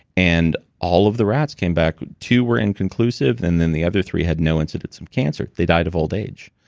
and all of the rats came back, two were inconclusive, and then the other three had no incidents of um cancer. they died of old age.